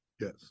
Yes